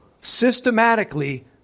systematically